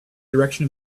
direction